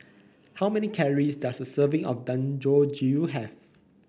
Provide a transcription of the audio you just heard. how many calories does a serving of Dangojiru have